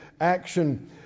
action